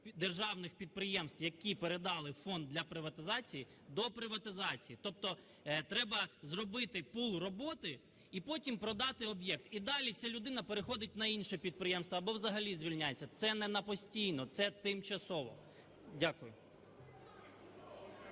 державних підприємств, які передали в фонд для приватизації, до приватизації. Тобто треба зробити пул роботи і потім продати об'єкт. І далі ця людина переходить на інше підприємство або взагалі звільняється. Це не на постійно, це тимчасово. Дякую.